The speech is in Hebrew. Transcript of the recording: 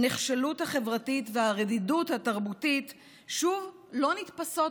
הנחשלות החברתית והרדידות התרבותית שוב לא נתפסות